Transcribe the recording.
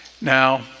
Now